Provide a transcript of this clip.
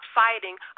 fighting